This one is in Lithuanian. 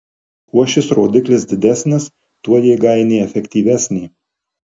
kuo šis rodiklis didesnis tuo jėgainė efektyvesnė